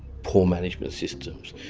poor management systems,